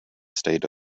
state